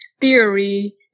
theory